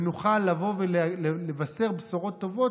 ונוכל לבוא ולבשר בשורות טובות.